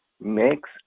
makes